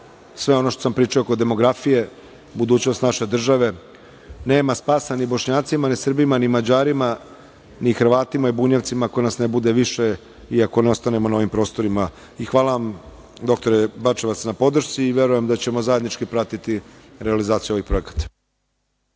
sve ono što sam pričao oko demografije, budućnost naše države, nema spasa ni Bošnjacima, ni Srbima, ni Mađarima, ni Hrvatima i Bunjevcima ako nas ne bude više i ako ne ostanemo na ovim prostorima. Hvala vam, doktore Bačevac, na podršci. Verujem da ćemo zajednički pratiti realizaciju ovih projekata.